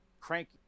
Cranky